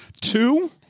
Two